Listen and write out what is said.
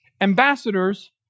ambassadors